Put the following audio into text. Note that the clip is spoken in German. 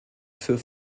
für